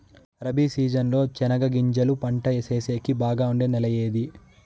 Rabi season లో చెనగగింజలు పంట సేసేకి బాగా ఉండే నెల ఏది?